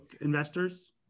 investors